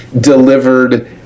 delivered